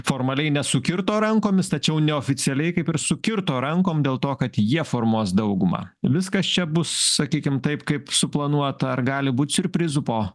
formaliai nesukirto rankomis tačiau neoficialiai kaip ir sukirto rankom dėl to kad jie formuos daugumą viskas čia bus sakykim taip kaip suplanuota ar gali būt siurprizų po